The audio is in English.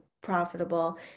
profitable